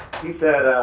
he said,